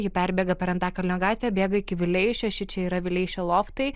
ji perbėga per antakalnio gatvę bėga iki vileišio šičia yra vileišio loftai